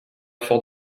fort